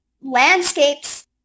landscapes